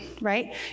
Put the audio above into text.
right